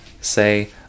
say